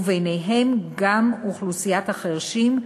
ובתוכה גם אוכלוסיית החירשים,